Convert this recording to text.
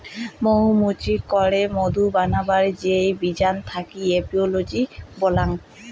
মৌ মুচি করে মধু বানাবার যেই বিজ্ঞান থাকি এপিওলোজি বল্যাং